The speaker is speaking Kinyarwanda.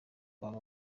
baba